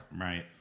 right